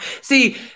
See